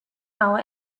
our